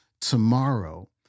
tomorrow